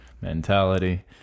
mentality